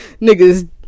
niggas